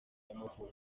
y’amavuko